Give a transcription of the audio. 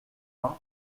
vingt